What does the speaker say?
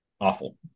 awful